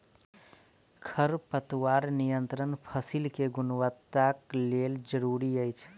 खरपतवार नियंत्रण फसील के गुणवत्ताक लेल जरूरी अछि